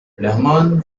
rahman